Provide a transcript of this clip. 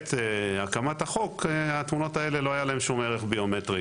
בעת הקמת החוק לתמונות האלה לא היה שום ערך ביומטרי.